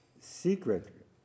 secret